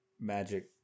magic